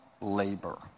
labor